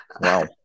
wow